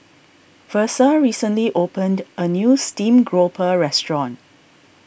Versa recently opened a new Steamed Grouper restaurant